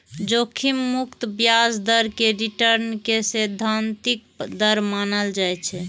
जोखिम मुक्त ब्याज दर कें रिटर्न के सैद्धांतिक दर मानल जाइ छै